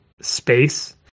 space